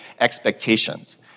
expectations